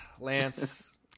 Lance